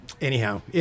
Anyhow